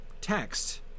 text